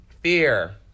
Fear